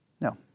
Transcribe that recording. No